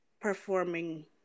Performing